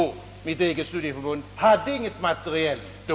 Mitt eget studieförbund hade inte något material då.